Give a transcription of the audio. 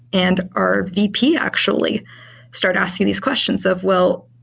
and our vp actually start asking these questions of, well,